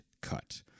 cut